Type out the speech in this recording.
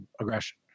aggression